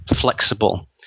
flexible